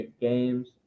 games